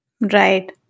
Right